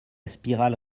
spirale